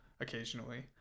occasionally